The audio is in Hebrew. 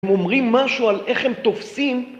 הם אומרים משהו על איך הם תופסים